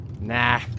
Nah